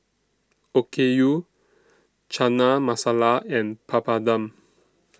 Okayu Chana Masala and Papadum